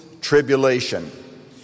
tribulation